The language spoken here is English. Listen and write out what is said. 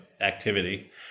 activity